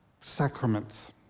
sacraments